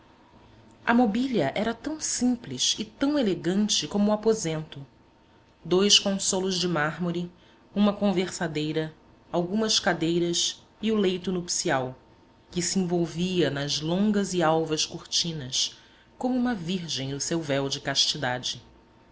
a mobília era tão simples e tão elegante como o aposento dois consolos de mármore uma conversadeira algumas cadeiras e o leito nupcial que se envolvia nas longas e alvas cortinas como uma virgem no seu véu de castidade